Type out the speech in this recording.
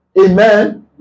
Amen